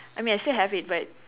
I mean I still have it but